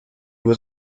was